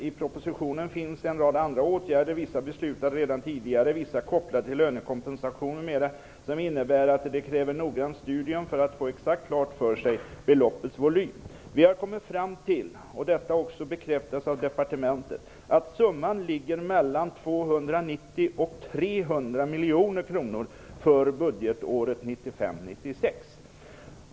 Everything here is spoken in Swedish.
I propositionen finns också en rad andra åtgärder, vissa beslutade redan tidigare, vissa kopplade till lönekompensation m.m., som innebär att det kräver noggrant studium för att man skall få beloppets volym exakt klart för sig. Vi har kommit fram till - och detta har också bekräftats av departementet - att summan ligger på mellan 290 och 300 miljoner kronor för budgetåret 1995/96.